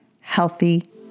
healthy